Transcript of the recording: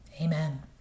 amen